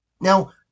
Now